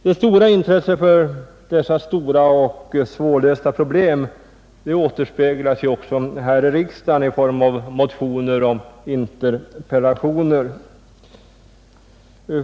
Det stora intresset för dessa omfattande och svårlösta problem återspeglas också här i riksdagen i form av motioner och interpellationer.